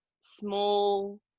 small